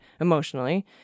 emotionally